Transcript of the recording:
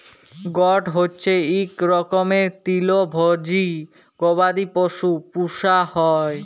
goat হচ্যে ইক রকমের তৃলভজী গবাদি পশু পূষা হ্যয়